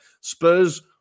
spurs